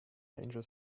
angel